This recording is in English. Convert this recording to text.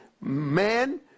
man